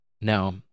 No